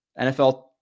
NFL